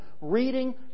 reading